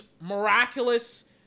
miraculous